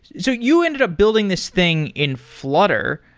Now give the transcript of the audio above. so you ended up building this thing in flutter.